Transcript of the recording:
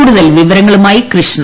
കൂടുതൽ വിവരങ്ങളുമായി കൃഷ്ണ